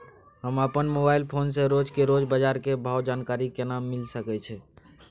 हम अपन mobile phone से रोज के रोज बाजार के भाव के जानकारी केना मिल सके छै?